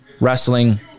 Wrestling